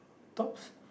tops